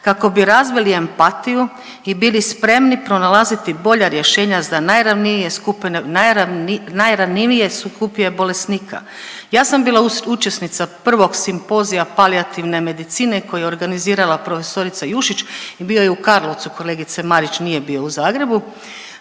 kako bi razvili empatiju i bili spremni pronalaziti bolja rješenja za najranjivije skupine bolesnika. Ja sam bila učesnica Prvog simpozija palijativne medicine koji je organizirala prof. Jušić i bio je u Karlovcu kolegice Marić, nije bio u Zagrebu,